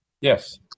Yes